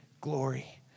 glory